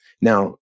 Now